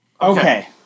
Okay